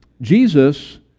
Jesus